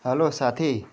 hello साथी